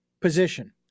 position